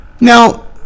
Now